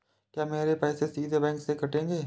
क्या मेरे पैसे सीधे बैंक से कटेंगे?